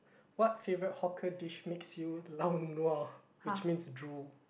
what favourite hawker dish makes you lao nua which means drool